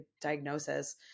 diagnosis